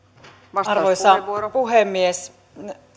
arvoisa puhemies